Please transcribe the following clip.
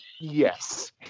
yes